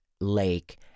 lake